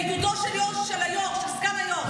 בעידודו של סגן היו"ר בוועדת הרווחה.